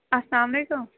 اَسلامُ علیکُم